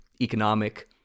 economic